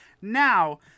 Now